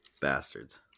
Bastards